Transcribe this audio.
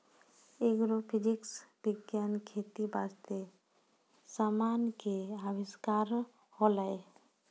agrophysics विज्ञान खेती बास्ते समान के अविष्कार होलै